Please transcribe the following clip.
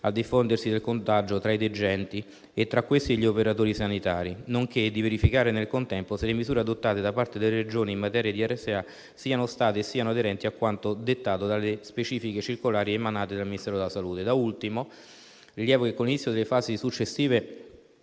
al diffondersi del contagio tra i degenti e tra questi e gli operatori sanitari, nonché di verificare, nel contempo, se le misure adottate da parte delle Regioni in materia di RSA siano state e siano aderenti a quanto dettato dalle specifiche circolari emanate dal Ministero della salute. Da ultimo, rilevo che con l'inizio delle fasi successive